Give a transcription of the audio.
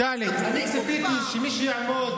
תפסיקו כבר, נו,